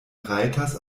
rajtas